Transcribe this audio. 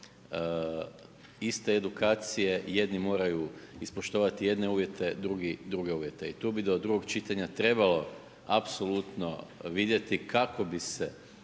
iste edukacije, jedni moraju ispoštovati jedne uvjete, drugi druge uvjete. I tu bi do drugog čitanja trebalo apsolutno vidjeti kako bi se